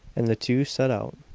and the two set out,